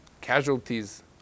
casualties